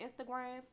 Instagram